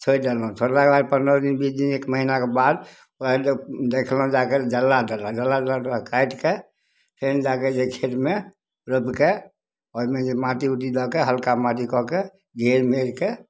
छोड़ि देलहुँ थोड़बा काल बाद पनरह दिन बीस दिन एक महिनाके बादमे देखलहुँ जाके जल्ला देलक जल्ला देलक तऽ ओकरा काटिके फेर जाके खेतमे रोपिके ओहिमे जे माटी उटी दऽ कऽ हल्का माटी कऽके घेर मेढ़के